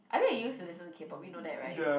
I mean I used to listen to K-Pop you know that [right]